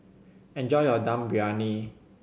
enjoy your Dum Briyani